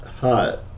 Hot